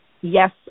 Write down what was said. yes